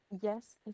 Yes